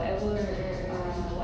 mm mm mm